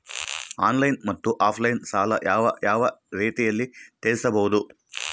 Online ಮತ್ತೆ offline ಸಾಲ ಯಾವ ಯಾವ ರೇತಿನಲ್ಲಿ ತೇರಿಸಬಹುದು?